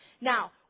Now